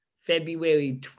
February